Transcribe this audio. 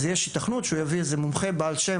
אז יש יתכנו שיביאו איזה מומחה בעל שם